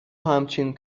همچین